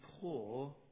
poor